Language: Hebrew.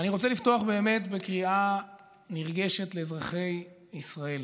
אני רוצה לפתוח באמת בקריאה נרגשת לאזרחי ישראל: